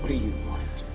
you want?